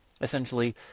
essentially